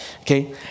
Okay